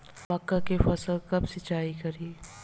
मका के फ़सल कब सिंचाई करी?